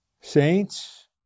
Saints